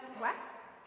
West